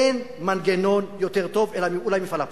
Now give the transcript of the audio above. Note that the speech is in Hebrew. אין מנגנון יותר טוב, אולי מפעל הפיס,